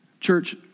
Church